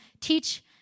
teach